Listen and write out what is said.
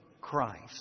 Christ